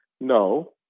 no